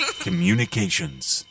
Communications